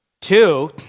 Two